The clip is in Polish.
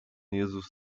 jezus